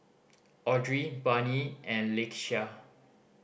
Audry Barnie and Lakeshia